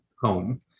home